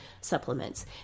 supplements